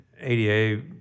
ADA